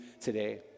today